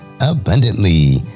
abundantly